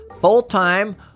full-time